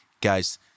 Guys